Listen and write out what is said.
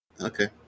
Okay